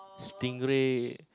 stingray